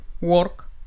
work